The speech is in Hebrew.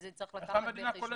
אותה צריך לקחת בחשבון